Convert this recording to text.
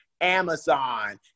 Amazon